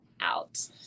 out